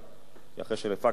כי אחרי שהפקנו את כל הלקחים,